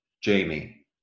Jamie